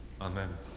Amen